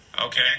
Okay